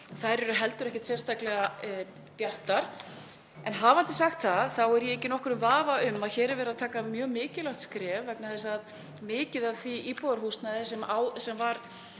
árin eru heldur ekkert sérstaklega bjartar. En hafandi sagt það þá er ég ekki í nokkrum vafa um að hér er verið að taka mjög mikilvægt skref vegna þess að mikið af því íbúðarhúsnæði sem var